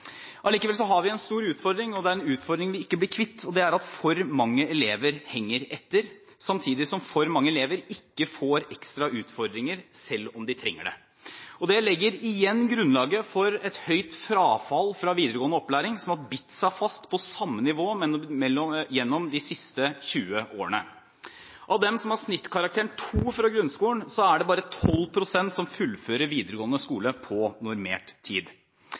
Allikevel har vi en stor utfordring, en utfordring vi ikke blir kvitt, og det er at for mange elever henger etter, samtidig som for mange elever ikke får ekstra utfordringer, selv om de trenger det. Og dette legger igjen grunnlaget for et høyt frafall fra videregående opplæring, som har bitt seg fast på samme nivå gjennom de siste 20 årene: Av dem som har snittkarakteren 2 fra grunnskolen, er det bare 12 pst. som fullfører videregående skole på normert tid.